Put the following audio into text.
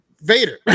Vader